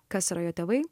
kas yra jo tėvai